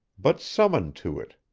but summon to it,